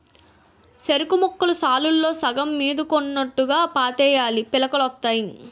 సెరుకుముక్కలు సాలుల్లో సగం మీదకున్నోట్టుగా పాతేయాలీ పిలకలొత్తాయి